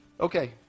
Okay